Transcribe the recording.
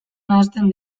nahasten